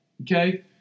okay